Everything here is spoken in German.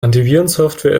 antivirensoftware